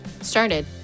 started